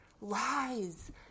lies